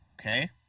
Okay